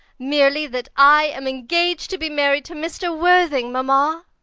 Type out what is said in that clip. merely that i am engaged to be married to mr. worthing, mamma.